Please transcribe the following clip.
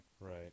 Right